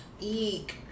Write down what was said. Eek